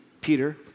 Peter